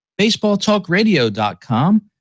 BaseballTalkRadio.com